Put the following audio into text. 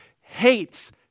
hates